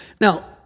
Now